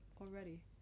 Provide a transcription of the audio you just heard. already